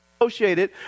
associated